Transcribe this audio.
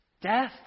death